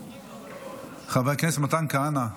חבר הכנסת מתן כהנא,